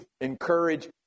encourage